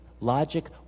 logic